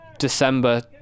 December